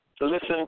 Listen